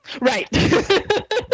right